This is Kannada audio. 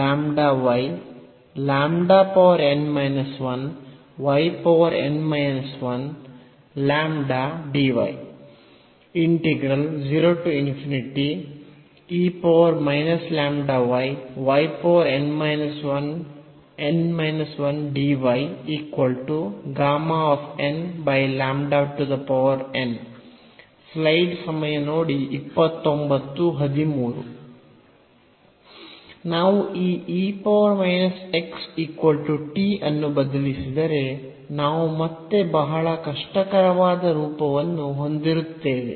ನಾವು ಈ ಅನ್ನು ಬದಲಿಸಿದರೆ ನಾವು ಮತ್ತೆ ಬಹಳ ಕಷ್ಟಕರವಾದ ರೂಪವನ್ನು ಹೊಂದಿರುತ್ತೇವೆ